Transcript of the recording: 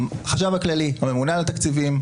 החשב הכללי הממונה על התקציבים,